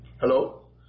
Hello